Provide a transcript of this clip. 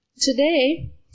today